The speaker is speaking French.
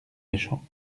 méchants